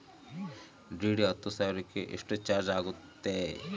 DD ಹತ್ತು ಸಾವಿರಕ್ಕೆ ಎಷ್ಟು ಚಾಜ್೯ ಆಗತ್ತೆ?